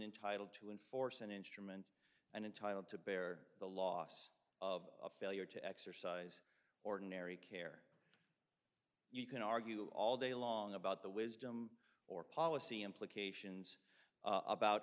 entitle to enforce an instrument and entitled to bear the loss of failure to exercise ordinary care you can argue all day long about the wisdom or policy implications about